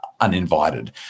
uninvited